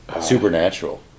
Supernatural